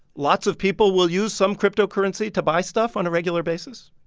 lots of people will use some cryptocurrency to buy stuff on a regular basis?